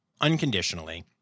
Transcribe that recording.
unconditionally